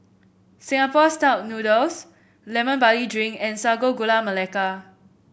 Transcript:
Singapore style noodles Lemon Barley Drink and Sago Gula Melaka